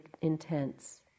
intense